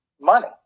money